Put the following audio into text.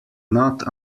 not